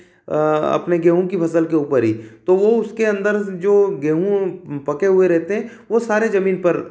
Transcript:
अपने गेहूँ के फ़सल के ऊपर ही तो उसके अंदर जो गेहूँ पके हुए रहते हैं वह सारे ज़मीन पर